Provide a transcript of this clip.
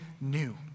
new